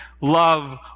love